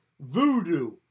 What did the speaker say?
voodoo